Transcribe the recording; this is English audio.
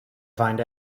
find